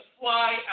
fly